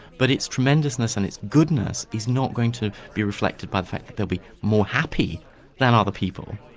but its tremendousness and its goodness is not going to be reflected by the fact that they'll be more happy than other people,